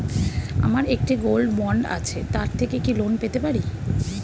আমার একটি gold bond আছে তার থেকে কি লোন পেতে পারি?